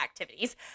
activities